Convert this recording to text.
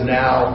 now